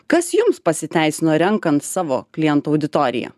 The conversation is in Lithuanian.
kas jums pasiteisino renkant savo klientų auditoriją